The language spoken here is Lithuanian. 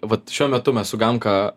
vat šiuo metu mes su gamka